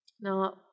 Now